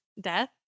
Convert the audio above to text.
death